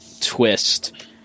twist